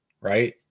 right